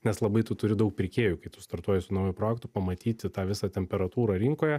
nes labai tu turi daug pirkėjų kai tu startuoji su nauju projektu pamatyti tą visą temperatūrą rinkoje